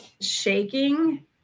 shaking